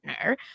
partner